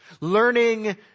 Learning